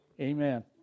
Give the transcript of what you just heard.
Amen